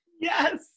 Yes